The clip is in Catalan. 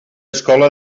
escola